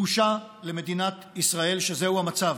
בושה למדינת ישראל שזהו המצב.